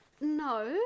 No